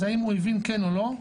אז האם הוא הבין כן או לא,